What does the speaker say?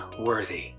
worthy